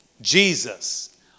Jesus